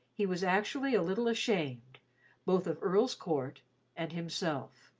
he was actually a little ashamed both of earl's court and himself.